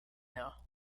know